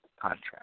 contract